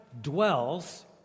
dwells